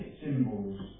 symbols